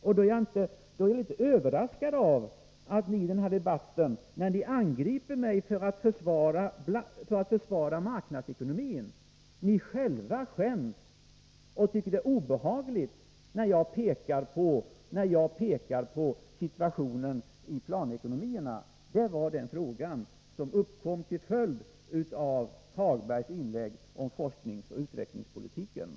Ni angriper mig för att jag försvarar marknadsekonomin. Då är jag litet överraskad över att ni själva skäms och tycker det är obehagligt när jag pekar på situationen i planekonomierna. Det var den frågan som uppkom